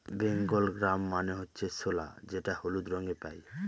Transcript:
Bengal gram মানে হচ্ছে ছোলা যেটা হলুদ রঙে পাই